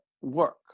work